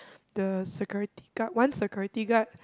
the security guard one security guard